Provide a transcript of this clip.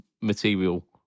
material